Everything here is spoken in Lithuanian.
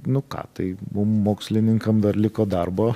nu ką tai mum mokslininkam dar liko darbo